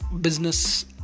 business